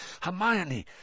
Hermione